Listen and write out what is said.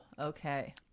Okay